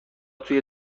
توی